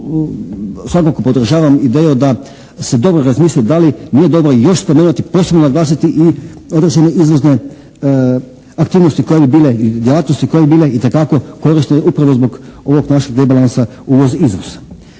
svakako podržavam ideju da se dobro razmisli da li nije dobro još spomenuti, posebno naglasiti i određene izvozne aktivnosti koje bi bile, djelatnosti koje bi bile itekako korisne upravo zbog ovog našeg debalansa uvoz-izvoz.